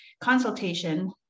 consultation